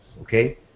okay